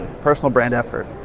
personal brand effort,